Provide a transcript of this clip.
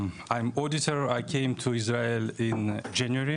כן, אני הכנתי את הנאום באנגלית.